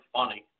funny